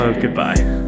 goodbye